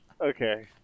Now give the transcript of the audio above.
Okay